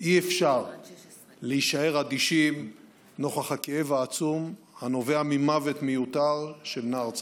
אי-אפשר להישאר אדישים נוכח הכאב העצום הנובע ממוות מיותר של נער צעיר.